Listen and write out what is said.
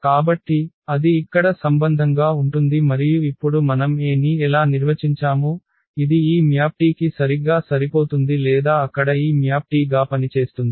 కాబట్టి అది ఇక్కడ సంబంధంగా ఉంటుంది మరియు ఇప్పుడు మనం A ని ఎలా నిర్వచించాము ఇది ఈ మ్యాప్ T కి సరిగ్గా సరిపోతుంది లేదా అక్కడ ఈ మ్యాప్ T గా పనిచేస్తుంది